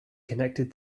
connected